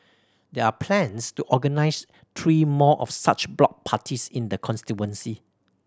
there are plans to organise three more of such block parties in the constituency